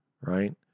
Right